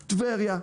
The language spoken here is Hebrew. טבריה,